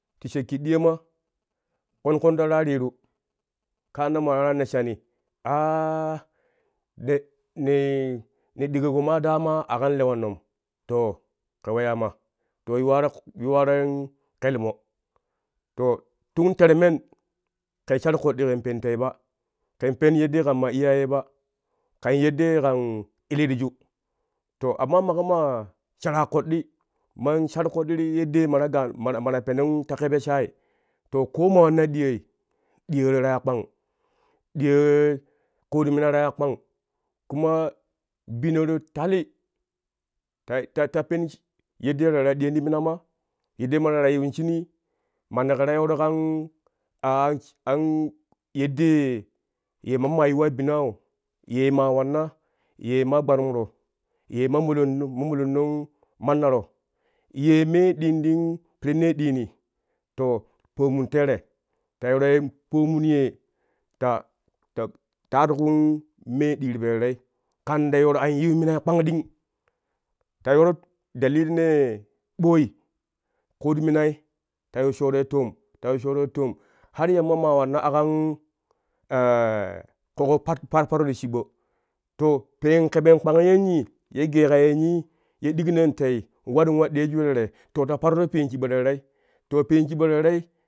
Ti shakki ɗiyoma kon kon ta warka illiru kaan nan ma ta waraa nesshani aa nee ne ɗiƙoƙo maa a kan lewannom to kɛ weyama lo yuwaro yuwarei kelmo to tun termen kɛ shar koɗɗi kɛn pen tei ba kɛn pen yeddee kan ma iyayei ba kan yeddee kan ilitju to amma maƙo maa sharaa ƙoɗɗi man shar koɗɗi ti yeddee ma ta gaanon ma ta ma ta penon po ƙebe shaai to ko ma wannai ɗiyooi, diyooi ta ya kpang diyoo knut minai ta ya kpang kuma bino ti tali ta ta pen yeddee ta waraa diyon ti mina ma yeddee ma ta yiwin shunii manaƙo to yooroi an an yeddee ye mammaa yuwa binau yee ma wanna ye ma gbarumro ye mamolon mamolonno mannaro ye mee diin ti pirinee ɗini to pomun tere ta yooroi pomun ye ta ta ta adkuun mee ɗii ti po terei kan ta yooro an yiu minai kpang ɗing ta yooro dalilinee ɓoi kuut minai ta yiu shoroi toom ta yiu shooroi toom har ma yamma ma aƙan ƙoƙo paruro shiɓo to peen keben kpang yenni ye geeƙa yennii ye ɗinƙnon tei waru wa deeju tere to ta paruro peen shiɓo terei peen shiɓo terei